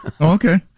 Okay